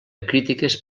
crítiques